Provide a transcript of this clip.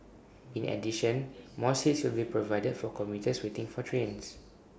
in addition more seats will be provided for commuters waiting for trains